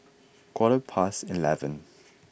quarter past eleven